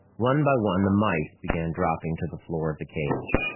one by one, the mice began dropping to the floor of the cage.